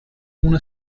una